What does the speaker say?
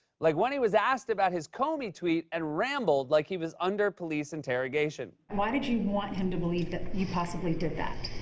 like when he was asked about his comey tweet and rambled like he was under police interrogation. why did you want him to believe that you possibly did that?